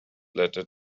letter